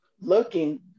looking